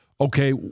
okay